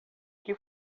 que